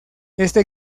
este